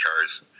Cars